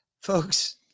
Folks